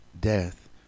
death